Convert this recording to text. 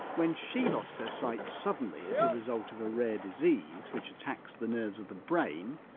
when she lost her sight suddenly as the result of a rare disease which attacks the nerves of the brain,